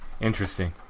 Interesting